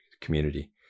community